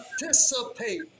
participate